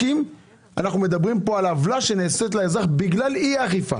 אנו מדברים פה על עוולה שנעשית לאזרח בגלל אי-אכיפה.